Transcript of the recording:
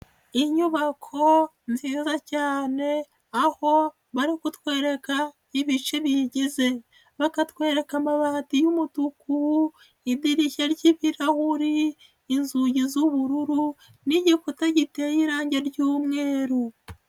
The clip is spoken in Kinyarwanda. Inyubako nziza cyane aho bari kutwereka ibice biyigize, bakatwereka amabati y'umutuku, idirishya ry'ibirahuri, inzugi z'ubururu n'igikuta giteye irange ry'umweru.